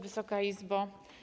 Wysoka Izbo!